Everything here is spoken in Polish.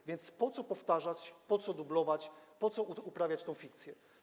A więc po co powtarzać, po co dublować, po co uprawiać tę fikcję?